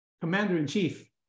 commander-in-chief